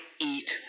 eat